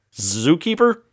Zookeeper